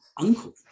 Uncle